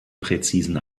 präzisen